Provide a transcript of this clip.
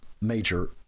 major